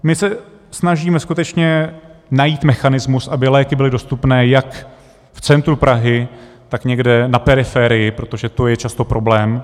My se snažíme skutečně najít mechanismus, aby léky byly dostupné jak v centru Prahy, tak někde na periferii, protože to je často problém.